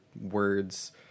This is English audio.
words